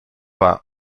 war